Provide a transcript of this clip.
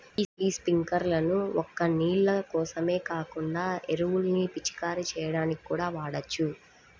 యీ స్పింకర్లను ఒక్క నీళ్ళ కోసమే కాకుండా ఎరువుల్ని పిచికారీ చెయ్యడానికి కూడా వాడొచ్చు